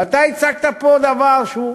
אבל אתה הצגת פה דבר שהוא,